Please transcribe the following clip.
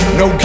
no